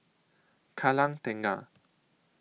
Kallang Tengah